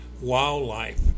wildlife